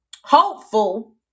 hopeful